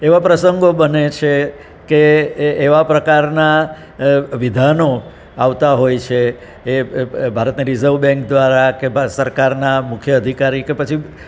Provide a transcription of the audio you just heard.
એવા પ્રસંગો બને છે કે એ એવા પ્રકારનાં વિધાનો આવતા હોય છે એ ભારતને રિઝર્વ બેન્ક દ્વારા કે ભારત સરકારના મુખ્ય અધિકારી કે પછી